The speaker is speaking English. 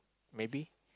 maybe